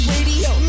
Radio